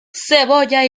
cebolla